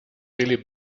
really